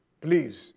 Please